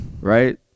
right